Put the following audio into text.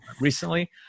recently